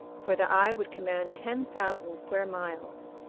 for the eye would command ten thousand square miles!